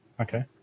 Okay